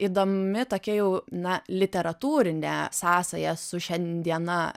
įdomi tokia jau na literatūrinė sąsaja su šiandiena